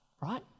Right